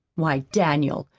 why, daniel,